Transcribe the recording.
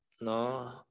no